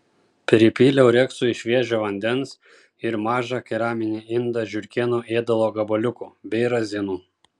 pripyliau reksui šviežio vandens ir mažą keraminį indą žiurkėnų ėdalo gabaliukų bei razinų